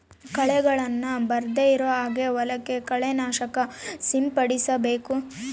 ಕಳೆಗಳನ್ನ ಬರ್ದೆ ಇರೋ ಹಾಗೆ ಹೊಲಕ್ಕೆ ಕಳೆ ನಾಶಕ ಸಿಂಪಡಿಸಬೇಕು